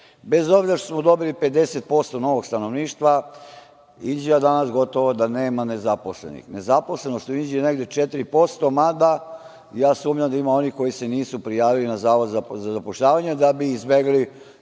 obzira što smo dobili 50% novog stanovništva, Inđija danas gotovo da nema nezaposlenih. Nezaposlenost u Inđiji je negde 4%, mada, ja sumnjam da ima onih koji se nisu prijavili na Zavod za zapošljavanje da bi izbegli